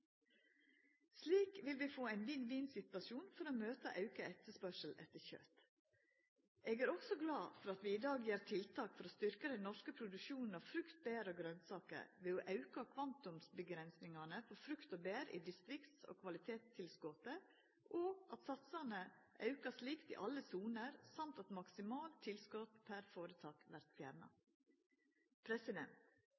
Slik vil vi få ein vinn-vinn-situasjon for å møta auka etterspørsel etter kjøtt. Eg er også glad for at vi i dag set inn tiltak for å styrkja den norske produksjonen av frukt, bær og grønsaker ved å auka kvantumsavgrensingane for frukt og bær i distrikts- og kvalitetstilskotet, at satsane vert auka likt i alle soner, i tillegg til at maksimalt tilskotsbeløp per foretak vert